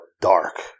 dark